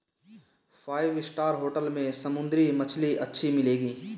five star hotel में समुद्री मछली अच्छी मिलेंगी